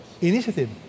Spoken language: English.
Initiative